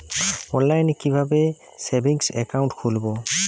অনলাইনে কিভাবে savings account খুলবো?